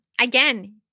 Again